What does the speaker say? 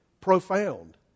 profound